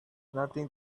nothing